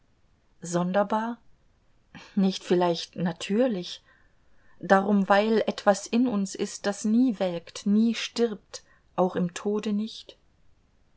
sonderbar nicht vielleicht natürlich darum weil etwas in uns ist das nie welkt nie stirbt auch im tode nicht